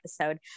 episode